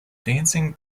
dancing